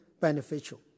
beneficial